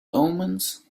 omens